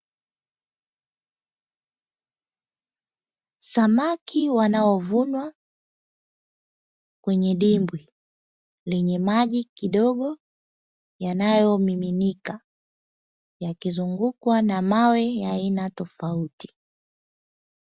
Samaki wanaovunwa kwenye dimbwi lenye maji kidogo yanayomiminika, yakizungukwa na mawe ya aina tofauti.